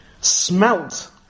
Smelt